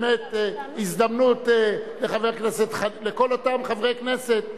באמת הזדמנות לכל אותם חברי כנסת,